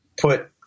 put